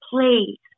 please